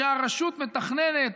שהרשות מתכננת,